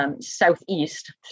southeast